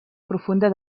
profunda